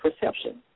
perception